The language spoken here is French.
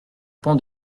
pan